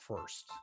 first